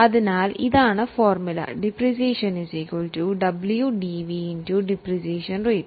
അതിനാൽ ഇതാണ് formula depreciation WDV depreciation rate